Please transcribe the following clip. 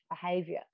behavior